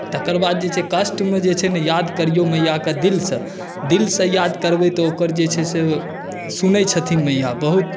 तकर बाद जे छै कष्टमे जे छै ने याद करियौ मैयाकेँ दिलसँ दिलसँ याद करबै तऽ ओकर जे छै से सुनैत छथिन मैया बहुत